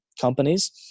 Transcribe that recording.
companies